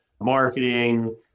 marketing